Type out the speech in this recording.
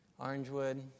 Orangewood